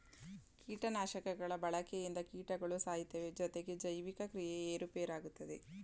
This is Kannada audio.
ಕೀಟನಾಶಕಗಳ ಬಳಕೆಯಿಂದ ಕೀಟಗಳು ಸಾಯ್ತವೆ ಜೊತೆಗೆ ಜೈವಿಕ ಕ್ರಿಯೆ ಏರುಪೇರಾಗುತ್ತದೆ